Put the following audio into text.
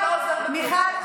מיכל,